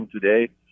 today